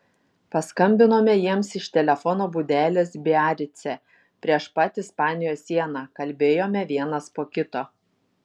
paskambinome jiems iš telefono būdelės biarice prieš pat ispanijos sieną kalbėjome vienas po kito